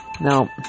now